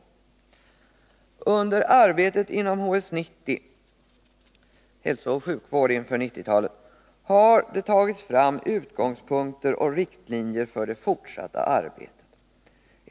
Under arbetet inom HS 90 — hälsooch sjukvård inför 90-talet — har det tagits fram utgångspunkter och riktlinjer för det fortsatta arbetet.